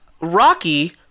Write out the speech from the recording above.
Rocky